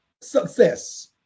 success